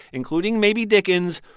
including, maybe, dickens,